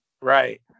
Right